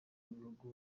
b’ibihugu